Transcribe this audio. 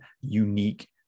unique